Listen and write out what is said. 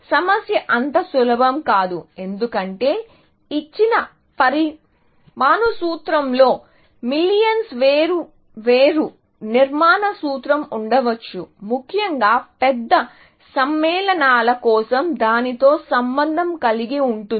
సమస్య అంత సులభం కాదు ఎందుకంటే ఇచ్చిన పరమాణు సూత్రంలో మిలియన్ల వేర్వేరు నిర్మాణ సూత్రం ఉండవచ్చు ముఖ్యంగా పెద్ద సమ్మేళనాల కోసం దానితో సంబంధం కలిగి ఉంటుంది